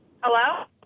Hello